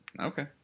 okay